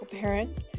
parents